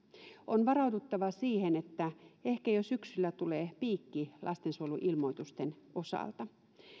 on varauduttava siihen että ehkä jo syksyllä tulee piikki lastensuojeluilmoitusten osalta